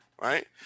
right